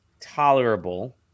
tolerable